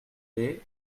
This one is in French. delaye